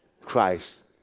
Christ